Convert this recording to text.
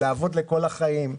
עבודה לכל החיים.